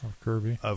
Kirby